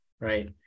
right